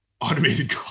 Automated